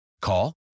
Call